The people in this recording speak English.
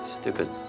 Stupid